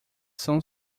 são